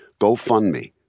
GoFundMe